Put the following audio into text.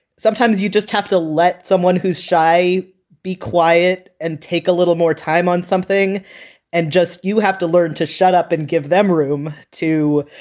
sometimes you just have to let someone who's shy be quiet and take a little more time on something and just you have to learn to shut up and give them room to,